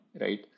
right